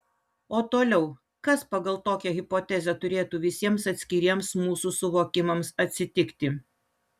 o toliau kas pagal tokią hipotezę turėtų visiems atskiriems mūsų suvokimams atsitikti